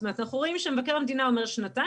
זאת אומרת אנחנו רואים שמבקר המדינה אומר שנתיים,